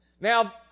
now